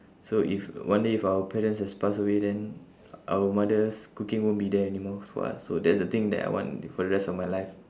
so if one day if our parents has passed away then our mother's cooking won't be there anymore for us so that's the thing that I want for the rest of my life